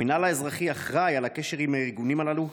המינהל האזרחי אחראי לקשר עם הארגונים הללו,